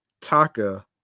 Taka